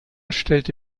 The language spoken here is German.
stellte